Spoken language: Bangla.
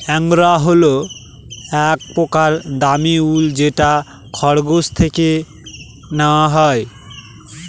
এঙ্গরা হল এক প্রকার দামী উল যেটা খরগোশ থেকে নেওয়া হয়